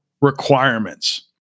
requirements